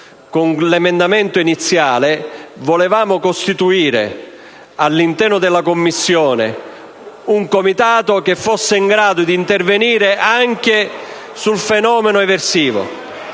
Con l'emendamento originario 1.200 volevamo costituire all'interno della Commissione un Comitato che fosse in grado di intervenire anche sul fenomeno eversivo.